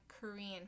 Korean